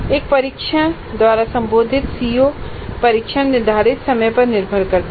एक परीक्षण द्वारा संबोधित सीओ परीक्षण के निर्धारित समय पर निर्भर करता है